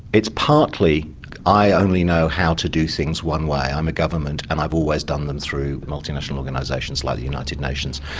it's partly i only know how to do things one way, i'm a government and i've always done them through multinational organisations like the united nations,